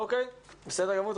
בסדר גמור.